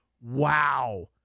wow